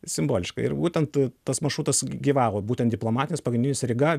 simboliška ir būtent tas maršrutas gyvavo būtent diplomatinis pagrindinis ryga